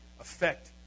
affect